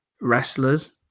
wrestlers